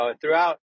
throughout